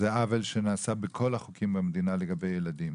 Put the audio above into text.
זה אגב עוול שנעשה בכל החוקים במדינה לגבי ילדים.